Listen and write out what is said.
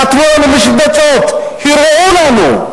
נתנו לנו משבצות, הראו לנו.